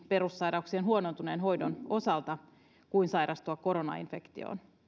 perussairauksien huonontuneen hoidon takia voi olla suurempi kuin todennäköisyys sairastua koronainfektioon